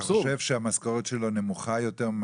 אתה חושב שהמשכורת שלו נמוכה יותר?